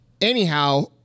anyhow